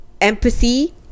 empathy